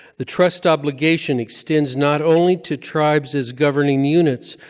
the trust obligation extends not only to tribes as governing units,